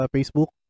Facebook